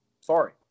sorry